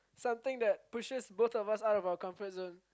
something that pushes both of us out of our comfort zone